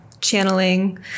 channeling